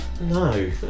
No